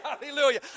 hallelujah